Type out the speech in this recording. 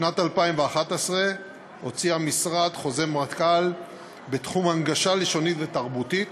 בשנת 2011 הוציא המשרד חוזר מנכ"ל בתחום הנגשה לשונית ותרבותית,